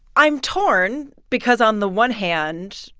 i'm torn because on the one hand,